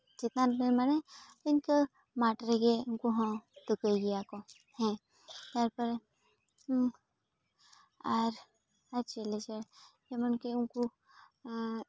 ᱪᱮᱛᱟᱱ ᱨᱮ ᱢᱟᱱᱮ ᱤᱱᱠᱟᱹ ᱢᱟᱴᱷ ᱨᱮᱜᱮ ᱩᱱᱠᱩ ᱦᱚᱸ ᱛᱩᱠᱟᱹᱭ ᱜᱮᱭᱟᱠᱚ ᱦᱮᱸ ᱛᱟᱨᱯᱚᱨᱮ ᱟᱨ ᱟᱨᱸ ᱪᱮᱫ ᱞᱮ ᱪᱤᱠᱟᱹᱭᱟ ᱡᱮᱢᱚᱱ ᱠᱤ ᱩᱱᱠᱩ